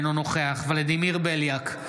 אינו נוכח ולדימיר בליאק,